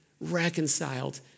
reconciled